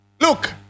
Look